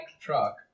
Truck